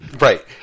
Right